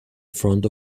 front